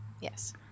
yes